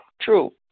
true